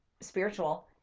spiritual